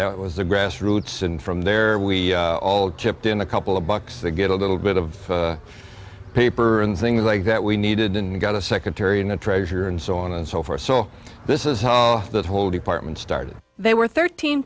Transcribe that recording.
it was the grassroots and from there we all chipped in a couple of bucks to get a little bit of paper and things like that we needed and got a secretary and treasurer and so on and so forth so this is how that whole department started they were thirteen